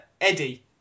Eddie